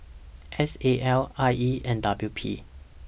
S A L I E and W P